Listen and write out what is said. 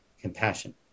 compassion